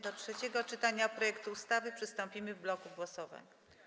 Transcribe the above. Do trzeciego czytania projektu ustawy przystąpimy w bloku głosowań.